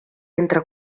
entre